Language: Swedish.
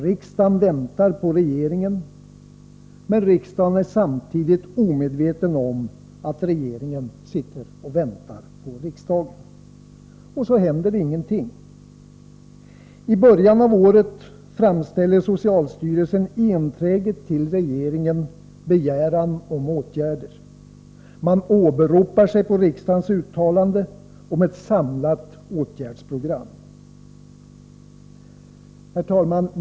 Riksdagen väntar på regeringen, men riksdagen är samtidigt omedveten om att regeringen sitter och väntar på riksdagen. Och så händer ingenting. I början av året framställer socialstyrelsen enträget till regeringen begäran om åtgärder. Man åberopar sig på riksdagens uttalande om ett samlat åtgärdsprogram. Herr talman!